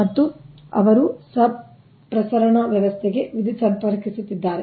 ಮತ್ತು ಅವರು SUB ಪ್ರಸರಣ ವ್ಯವಸ್ಥೆಗೆ ವಿದ್ಯುತ್ ಸಂಪರ್ಕಿಸುತ್ತಿದ್ದಾರೆ